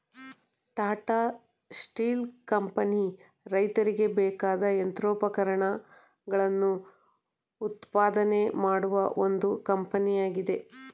Tata Steel company ರೈತರಿಗೆ ಬೇಕಾದ ಯಂತ್ರೋಪಕರಣಗಳನ್ನು ಉತ್ಪಾದನೆ ಮಾಡುವ ಒಂದು ಕಂಪನಿಯಾಗಿದೆ